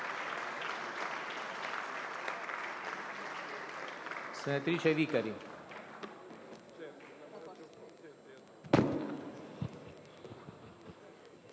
Grazie,